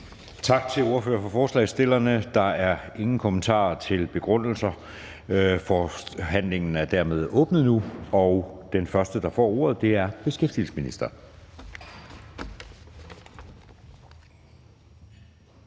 Tak til ordføreren for forslagsstillerne. Der er ingen kommentarer til begrundelser, så forhandlingen er dermed åbnet nu. Og den første, der får ordet, er beskæftigelsesministeren.